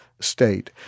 state